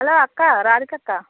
hello అక్క రాధికక్క